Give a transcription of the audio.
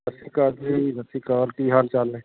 ਸਤਿ ਸ਼੍ਰੀ ਅਕਾਲ ਜੀ ਸਤਿ ਸ਼੍ਰੀ ਅਕਾਲ ਕੀ ਹਾਲ ਚਾਲ ਨੇ